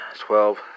twelve